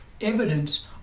evidence